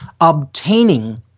obtaining